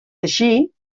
així